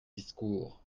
discours